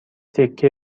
تکه